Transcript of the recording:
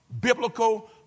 biblical